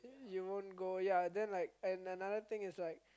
you won't go yea and then like and another thing is like